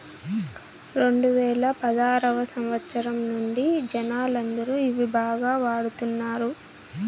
రెండువేల పదారవ సంవచ్చరం నుండి జనాలందరూ ఇవి బాగా వాడుతున్నారు